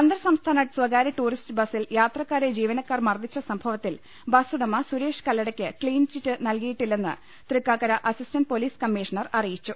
അന്തർസംസ്ഥാന സ്വകാര്യ ടൂറിസ്റ്റ് ബസ്സിൽ യാത്രക്കാരെ ജീവനക്കാർ മർദ്ദിച്ച സംഭവത്തിൽ ബസ്സ് ഉടമ സുരേഷ് കല്ലടക്ക് ക്ലീൻചിറ്റ് നൽകിയിട്ടില്ലെന്ന് തൃക്കാക്കര അസിസ്റ്റന്റ് പൊലീസ് കമ്മീഷണർ അറിയിച്ചു